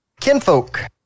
kinfolk